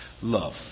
love